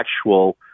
actual